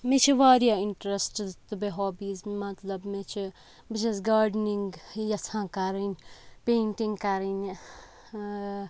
مےٚ چھِ واریاہ اِنٹرٛسٹٕز تہٕ بیٚیہِ ہابیٖز مطلب مےٚ چھِ بہٕ چھَس گاڈنِنٛگ یَژھان کَرٕنۍ پینٛٹِنٛگ کَرٕنۍ